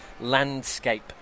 landscape